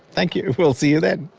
thank you, we'll see you then.